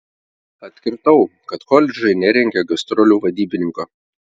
atkirtau kad koledžai nerengia gastrolių vadybininko